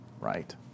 right